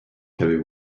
qu’avez